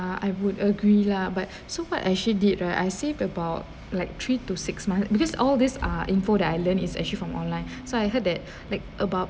I would agree lah but so what actually did right I saved about like three to six month because all these are input island is actually from online so I heard that like about